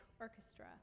Orchestra